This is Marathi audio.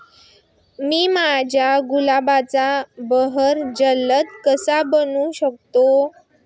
मी माझ्या गुलाबाचा बहर जलद कसा बनवू शकतो?